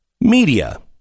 Media